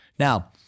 Now